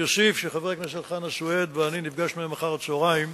אני אוסיף שחבר הכנסת חנא סוייד ואני נפגשנו היום אחר-הצהריים,